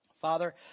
Father